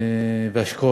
והשכול